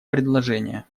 предложения